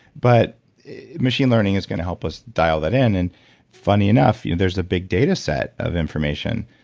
but machine learning is going to help us dial that in. and funny enough, you know there's a big data set of information.